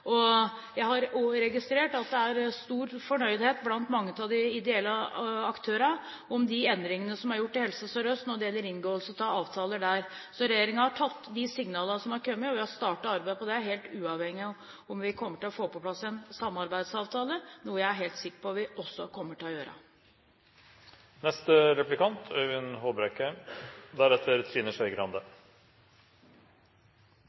Bufetat. Jeg har også registrert at det er stor fornøydhet blant mange av de ideelle aktørene om de endringene som er gjort i Helse Sør-Øst når det gjelder inngåelse av avtaler der. Så regjeringen har tatt de signalene som har kommet. Vi har startet arbeidet med dette, helt uavhengig av om vi kommer til å få på plass en samarbeidsavtale – noe jeg er helt sikker på at vi også kommer til å gjøre.